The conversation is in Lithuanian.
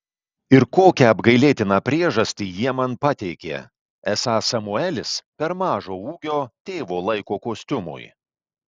ir kokią apgailėtiną priežastį jie man pateikė esą samuelis per mažo ūgio tėvo laiko kostiumui